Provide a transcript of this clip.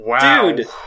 dude